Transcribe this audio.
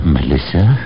Melissa